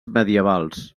medievals